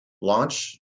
launch